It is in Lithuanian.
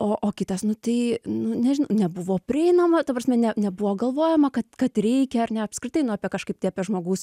o o kitas nu tai nu nežinau nebuvo prieinama ta prasme ne nebuvo galvojama kad kad reikia ar ne apskritai nu apie kažkaip tai apie žmogaus